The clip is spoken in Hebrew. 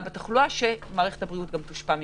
בתחלואה שמערכת הבריאות לא תושפע ממנו.